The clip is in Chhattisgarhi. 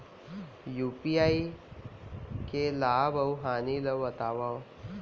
यू.पी.आई के लाभ अऊ हानि ला बतावव